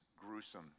gruesome